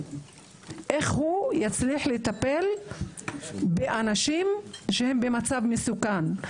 ואיך הוא יצליח לטפל באנשים שהם במצב מסוכן.